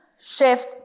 shift